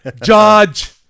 Judge